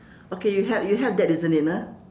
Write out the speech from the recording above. okay you have you have that isn't it ah